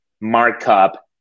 markup